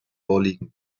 vorliegen